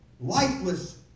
lifeless